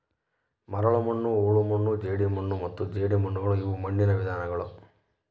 ಮರಳುಮಣ್ಣು ಹೂಳುಮಣ್ಣು ಜೇಡಿಮಣ್ಣು ಮತ್ತು ಜೇಡಿಮಣ್ಣುಇವು ಮಣ್ಣುನ ವಿಧಗಳು